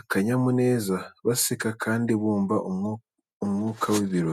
akanyamuneza, baseka, kandi bumva umwuka w’ibirori.